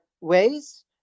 ways